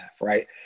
right